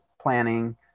planning